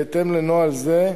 בהתאם לנוהל זה,